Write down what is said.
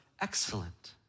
excellent